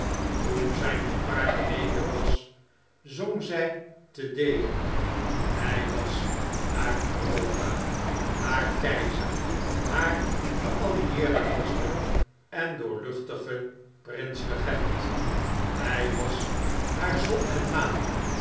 toen zijn gevaar geweken was zong zij te deum hij was haar europa haar keizer haar geallieerde vorsten en doorluchtige prins regent hij was haar zon en maan